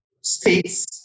states